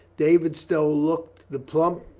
david stow looked the plump,